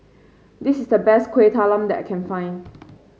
this is the best Kueh Talam that I can find